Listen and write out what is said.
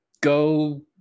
go